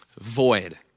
void